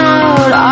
out